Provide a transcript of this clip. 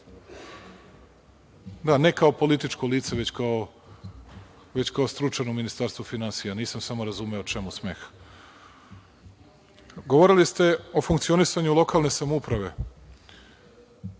zna, ne kao političko lice, već kao stručan u Ministarstvu finansija. Nisam samo razumeo čemu smeh. Govorili ste o funkcionisanju lokalne samouprave.